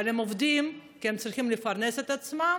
אבל הם עובדים כי הם צריכים לפרנס את עצמם